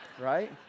Right